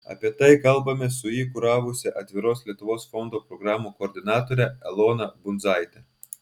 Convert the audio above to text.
apie tai kalbamės su jį kuravusia atviros lietuvos fondo programų koordinatore elona bundzaite